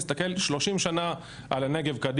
להסתכל על הנגב 30 שנה קדימה,